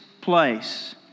place